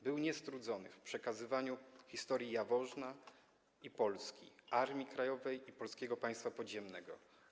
Był niestrudzony w przekazywaniu historii Jaworzna i Polski, Armii Krajowej i Polskiego Państwa Podziemnego.